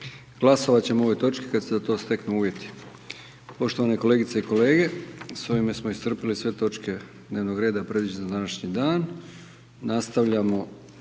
Glasovat ćemo o ovoj točki kad se za to steknu uvjeti. Poštovane kolegice i kolege, s ovime smo iscrpili sve točke dnevnog reda predviđene za današnji dan,